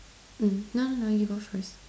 mm no no no you go first